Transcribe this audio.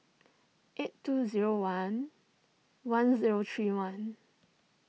eight two zero one one zero three one